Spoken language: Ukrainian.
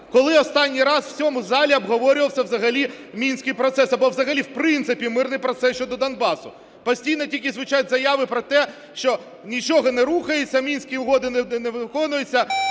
Коли останній раз в цьому залі обговорювався взагалі Мінський процес або взагалі в принципі мирний процес щодо Донбасу? Постійно тільки звучать заяви про те, що нічого не рухається, Мінські угоди не виконуються.